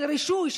של רישוי,